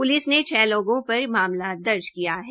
police ने छ लोगों पर मामला दर्ज किया है